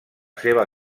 seva